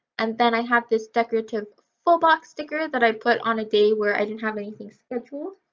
and then i have this decorative full box sticker that i put on a day where i didn't have anything scheduled.